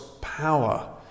power